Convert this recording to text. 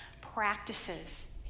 practices